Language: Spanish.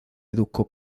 educó